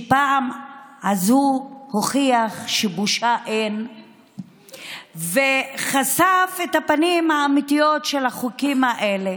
שבפעם הזאת הוא הוכיח שבושה אין וחשף את הפנים האמיתיות של החוקים האלה.